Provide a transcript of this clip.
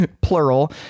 plural